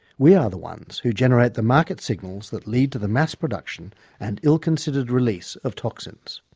we are the ones who generate the market signals that lead to the mass production and ill-considered release of toxins.